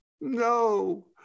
No